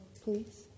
Please